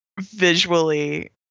visually